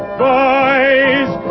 boys